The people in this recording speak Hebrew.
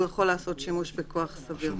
הוא יכול לעשות שימוש בכוח סביר.